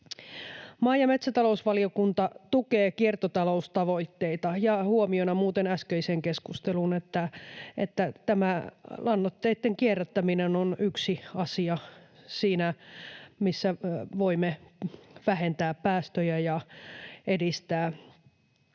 Maa- ja metsätalousvaliokunta tukee kiertotaloustavoitteita, ja huomiona muuten äskeiseen keskusteluun: tämä lannoitteitten kierrättäminen on yksi asia siinä, missä voimme vähentää päästöjä ja edistää kiertotaloutta.